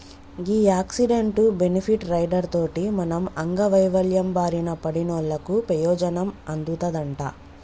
గీ accident, benefit rider తోటి మనం అంగవైవల్యం బారిన పడినోళ్ళకు పెయోజనం అందుతదంట